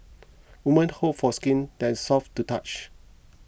women hope for skin that is soft to touch